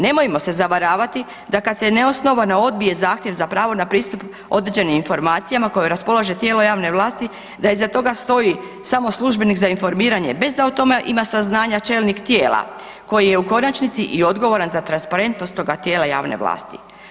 Nemojmo se zavaravati da kada se neosnovano odbije zahtjev za pravo na pristup određenim informacijama kojim raspolaže tijelo javne vlasti da iza toga stoji samo službenik za informiranje bez da o tome ima saznanja čelnik tijela koji je u konačnici i odgovoran za transparentnost toga tijela javne vlasti.